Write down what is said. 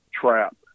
trap